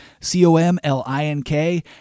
C-O-M-L-I-N-K